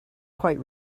quite